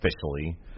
officially